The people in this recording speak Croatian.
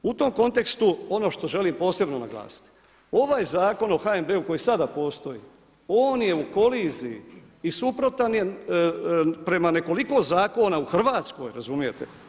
U tom kontekstu ono što želim posebno naglasiti ovaj Zakon o HNB-u koji sada postoji on je u koliziji i suprotan je prema nekoliko zakona u Hrvatskoj, razumijete?